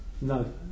No